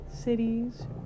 cities